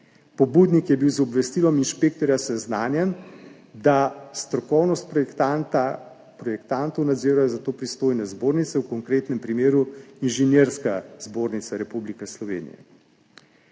Pobudnik je bil z obvestilom inšpektorja seznanjen, da strokovnost projektantov nadzirajo za to pristojne zbornice, v konkretnem primeru Inženirska zbornica Slovenije.